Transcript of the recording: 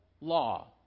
law